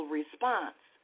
response